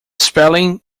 spelling